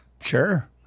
Sure